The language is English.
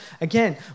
again